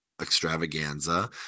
extravaganza